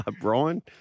Brian